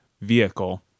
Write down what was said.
vehicle